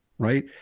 right